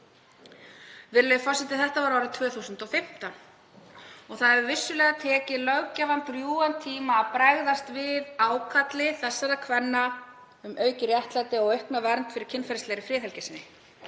Virðulegi forseti. Þetta var árið 2015 og það hefur vissulega tekið löggjafann drjúgan tíma að bregðast við ákalli þessara kvenna um aukið réttlæti og aukna vernd fyrir kynferðislega friðhelgi sína.